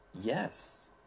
Yes